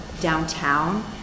downtown